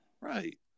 Right